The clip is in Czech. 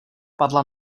padla